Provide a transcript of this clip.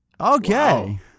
Okay